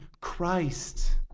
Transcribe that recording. Christ